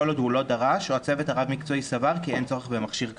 עוד הוא לא דרש או הצוות הרב-מקצועי סבר כי אין צורך במכשיר כאמור.